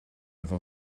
efo